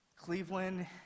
Cleveland